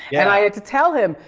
and i had to tell him,